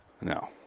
No